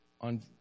on